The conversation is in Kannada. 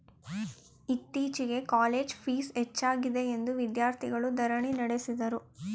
ಇತ್ತೀಚೆಗೆ ಕಾಲೇಜ್ ಪ್ಲೀಸ್ ಹೆಚ್ಚಾಗಿದೆಯೆಂದು ವಿದ್ಯಾರ್ಥಿಗಳು ಧರಣಿ ನಡೆಸಿದರು